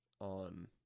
on